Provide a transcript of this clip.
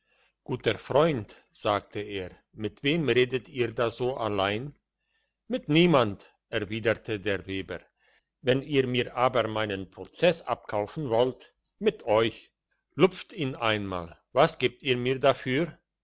guter freund sagte er mit wem redet ihr da so allein mit niemand erwiderte der weber wenn ihr mir aber meinen prozess abkaufen wollt mit euch lupft ihn einmal was gebt ihr mir dafür